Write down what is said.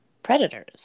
predators